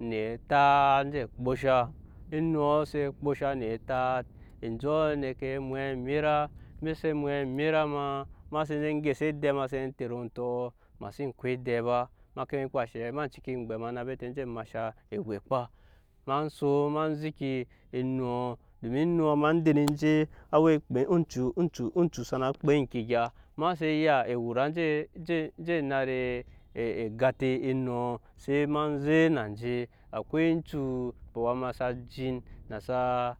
ne etat enje kposha enuɔ se kposha ne etat enjɔɔ nekee mwɛt emira eme se mwɛt emira ma ma se zɛ gyɛsa edɛ seen tet ontɔema xsen ko edɛ ba ma ke kpa eshe ma ciki gbema bete enje masha ewɛkpa ema son ma zeki enuɔ domin enuɔ ema den enje oncu sana kpa eŋke egya ma sen ya ewura enje narɛm egante enuɔ se ma zek na nje akwai oncu á sa jin xnasaa.